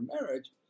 marriage